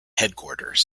headquarters